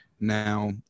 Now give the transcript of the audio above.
Now